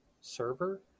server